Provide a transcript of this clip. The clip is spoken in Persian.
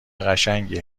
قشنگی